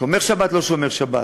שומר שבת או לא שומר שבת.